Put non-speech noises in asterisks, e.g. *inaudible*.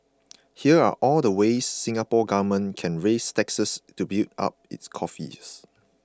*noise* here are all the ways the Singapore Government can raise taxes to build up its coffers